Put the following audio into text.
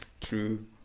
true